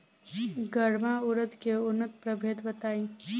गर्मा उरद के उन्नत प्रभेद बताई?